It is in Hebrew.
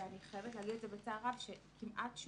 ואני חייבת להגיד בצער רב שכמעט אף